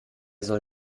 soll